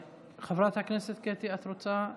חברת הכנסת קטי, את רוצה להשיב?